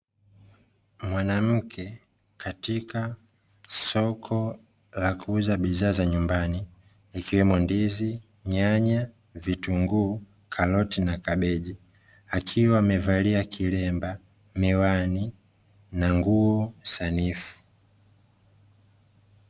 Mwanamke katika soko la kuuza bidhaa za nyumbani ikiwemo; ndizi, nyanya, vitunguu, karoti, na kabichi. Akiwa amevalia kilemba, miwani na nguo sanifu.